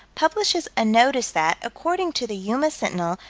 publishes a notice that, according to the yuma sentinel,